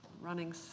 Running